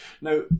Now